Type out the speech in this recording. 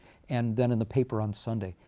and then in the paper on sunday.